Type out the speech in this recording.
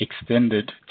extended